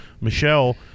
Michelle